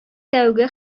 тәүге